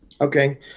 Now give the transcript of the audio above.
Okay